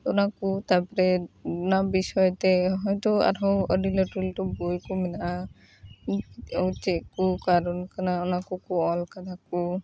ᱚᱱᱟ ᱠᱚ ᱛᱟᱯᱚᱨᱮ ᱚᱱᱟ ᱵᱤᱥᱚᱭ ᱛᱮ ᱦᱳᱭ ᱛᱚ ᱟᱨᱦᱚᱸ ᱟᱹᱰᱤ ᱞᱟᱹᱴᱩ ᱞᱟᱹᱴᱩ ᱵᱳᱭ ᱠᱚ ᱢᱮᱱᱟᱜᱼᱟ ᱪᱮᱫ ᱠᱚ ᱠᱟᱨᱚᱱ ᱠᱟᱱᱟ ᱚᱱᱟ ᱠᱚᱠᱚ ᱚᱞ ᱟᱠᱟᱫᱟ ᱠᱚ